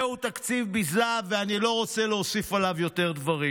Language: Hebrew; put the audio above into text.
זהו תקציב ביזה ואני לא רוצה להוסיף עליו יותר דברים.